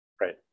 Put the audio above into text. Right